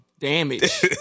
damage